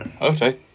Okay